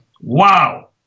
Wow